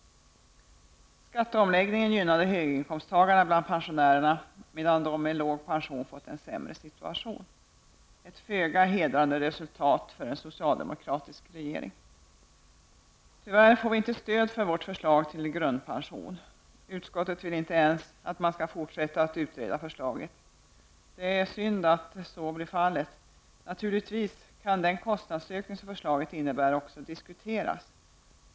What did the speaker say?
Skatteomläggningen gynnade höginkomsttagarna bland pensionärerna, medan de som har låg pension har fått en sämre situation -- ett föga hedrande resultat för en socialdemokratisk regering. Tyvärr får vi inte stöd när det gäller vårt förslag till grundpension. Utskottet vill inte ens att förslaget utreds vidare. Det är synd. Naturligtvis kan den kostnadsökning som förslaget innebär också diskuteras.